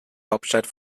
hauptstadt